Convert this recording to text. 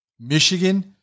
Michigan